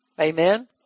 Amen